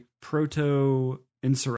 proto-insurrection